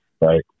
Right